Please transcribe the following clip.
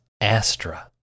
Astra